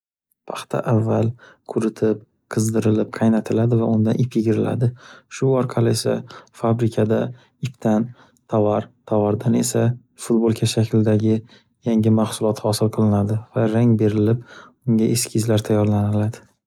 Paxta avval quritib, qizdirilib qaynatiladi va undan ip yigiriladi. Shu orqali esa fabrikada ipdan tovar, tovardan esa futbolka shaklidagi yangi mahsulot hosil qilinadi va rang berilib unga eskizlar tayyorlaniladi.